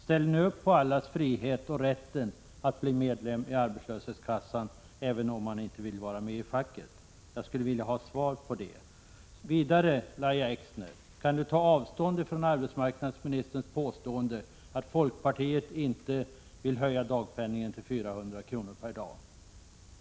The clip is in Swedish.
Ställer ni upp På allas frihet och rätt att bli medlem i A-kassan, även om man inte vill vara medlem i facket? Jag skulle vilja ha ett svar på den frågan. Vidarle: Kan Lahja Exner ta avstånd från arbetsmarknadsministerns påståendle att folkpartiet inte vill höja dagpenningen till 400 kr. per dag?